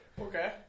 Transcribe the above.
Okay